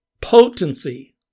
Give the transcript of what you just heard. potency